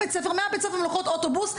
מבית הספר הן לוקחות אוטובוס,